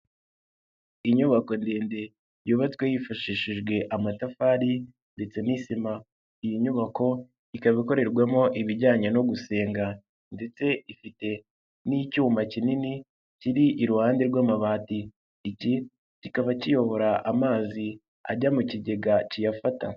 Inyubako ndende yubatswe hifashishijwe amatafari ndetse n'isima, iyi nyubako ikaba ikorerwamo ibijyanye no gusenga ndetse ifite n'icyuma kinini kiri iruhande rw'amabati, iki kaba kiyobora amazi ajya mu kigega kiyafata.